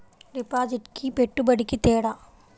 డిపాజిట్కి పెట్టుబడికి తేడా?